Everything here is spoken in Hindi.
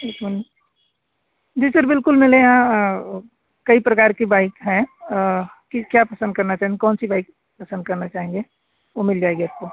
ठीक है जी सर बिल्कुल मेरे यहाँ कई प्रकार की बाइक हैं किस क्या पसंद करना चाहेंगे कौन सी बाइक पसंद करना चाहेंगे वो मिल जाएगी आपको